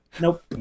Nope